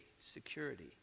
security